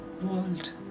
world